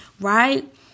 right